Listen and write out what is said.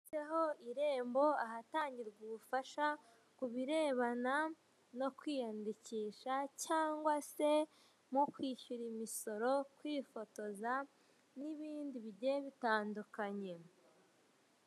Handitseho irembo ahatangirwa ubufasha ku birebana no kwiyandikisha cyangwa se mu kwishyura imisoro, kwifotoza n'ibindi bijye bitandukanye.